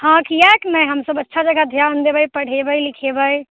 हँ किएक नहि हमसब अच्छा जेकाँ ध्यान देबै पढ़ेबै लिखेबै